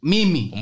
Mimi